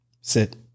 Sit